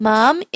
Mom